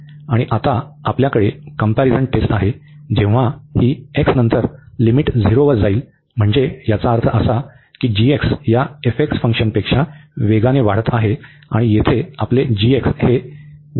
आणि आता आपल्याकडे कंपॅरिझन टेस्ट आहे जेव्हा ही नंतर मर्यादा 0 वर जाईल म्हणजे याचा अर्थ असा की या फंक्शनपेक्षा वेगाने वाढत आहे आणि येथे आपले हे आहे